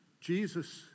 Jesus